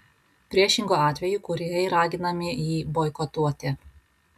priešingu atveju kūrėjai raginami jį boikotuoti